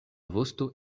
vosto